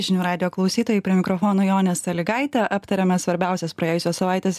žinių radijo klausytojai prie mikrofono jonė sąlygaitė aptariame svarbiausias praėjusios savaitės